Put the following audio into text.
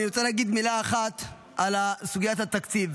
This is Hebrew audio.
אני רוצה להגיד מילה אחת על סוגיית התקציב.